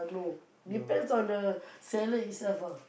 no depends on the seller itself ah